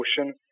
Ocean